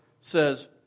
says